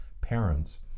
parents